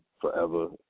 forever